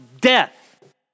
death